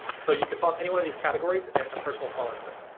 so you can follow anyone of these categories and a person will fall into it.